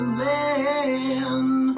land